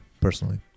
personally